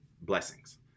blessings